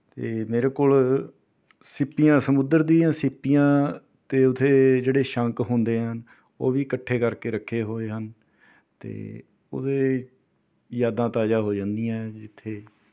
ਅਤੇ ਮੇਰੇ ਕੋਲ ਸਿੱਪੀਆਂ ਸਮੁੰਦਰ ਦੀਆਂ ਸਿੱਪੀਆਂ ਅਤੇ ਉੱਥੇ ਜਿਹੜੇ ਸੰਖ ਹੁੰਦੇ ਹਨ ਉਹ ਵੀ ਇਕੱਠੇ ਕਰਕੇ ਰੱਖੇ ਹੋਏ ਹਨ ਅਤੇ ਉਹਦੇ ਯਾਦਾਂ ਤਾਜ਼ਾ ਹੋ ਜਾਂਦੀਆਂ ਜਿੱਥੇ